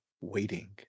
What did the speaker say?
waiting